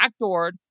backdoored